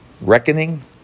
Reckoning